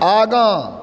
आगाँ